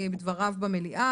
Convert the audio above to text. מדברים שנשא